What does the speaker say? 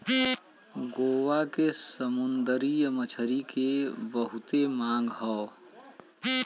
गोवा के समुंदरी मछरी के बहुते मांग हौ